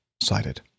cited